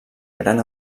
gran